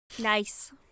Nice